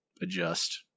adjust